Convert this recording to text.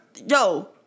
yo